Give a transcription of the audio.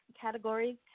categories